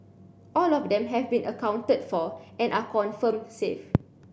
all of them have been accounted for and are confirmed safe